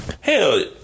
Hell